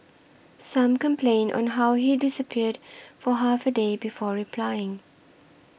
some complained on how he disappeared for half a day before replying